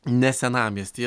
ne senamiestyje